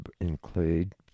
include